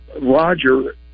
Roger